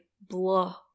blah